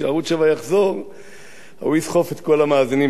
כשערוץ-7 יחזור הוא יסחף את כל המאזינים,